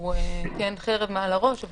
כן חרב מעל הראש,